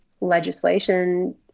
legislation